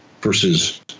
versus